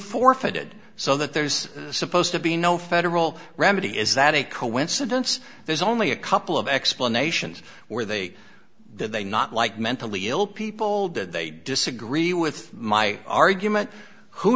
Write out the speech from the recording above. forfeited so that there's supposed to be no federal remedy is that a coincidence there's only a couple of explanations where they they not like mentally ill people did they disagree with my argument who